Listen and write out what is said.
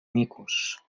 micos